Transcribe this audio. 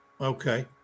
Okay